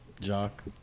Jock